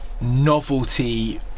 novelty